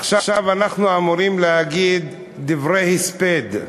עכשיו אנחנו אמורים להגיד דברי הספד.